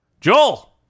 joel